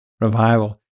revival